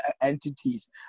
entities